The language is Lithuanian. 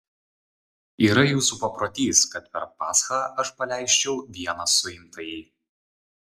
yra jūsų paprotys kad per paschą aš paleisčiau vieną suimtąjį